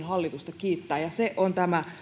hallitusta kiittää ja se on